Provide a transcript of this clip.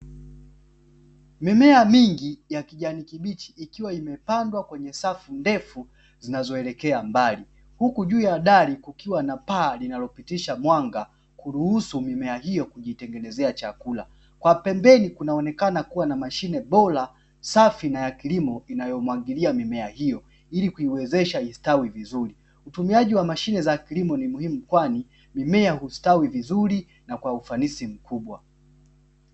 Mimea mingi ya kijani kibichi ikiwa imepandwa kwenye safu ndefu zinazoelekea mbali, huku juu ya dari kukiwa na paa linalopitisha mwanga, kuruhusu mimea hiyo kujitengenezea chakula. Kwa pembeni kunaonekana kuwa na mashine bora safi na ya kilimo inayomwagilia mimea hiyo, ili kuiwezesha istawi vizuri. Utumiaji wa mashine za kilimo ni muhimu kwani, mimea hustawi vizuri na kwa ufanisi mkubwa.